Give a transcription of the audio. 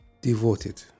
devoted